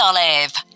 Olive